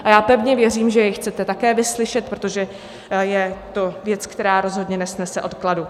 A já pevně věřím, že jej chcete také vyslyšet, protože je to věc, která rozhodně nesnese odkladu.